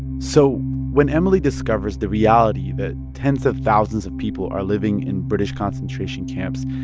so when emily discovers the reality that tens of thousands of people are living in british concentration camps,